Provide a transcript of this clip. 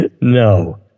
No